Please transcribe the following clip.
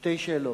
שתי שאלות: